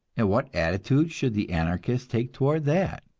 and what attitude should the anarchists take toward that?